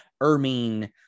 ermine